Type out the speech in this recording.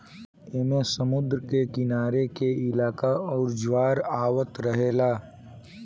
ऐमे समुद्र के किनारे के इलाका आउर ज्वार आवत रहेला